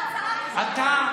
אתה,